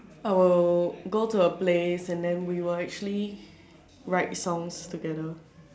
I will go to her place and then we will actually write songs together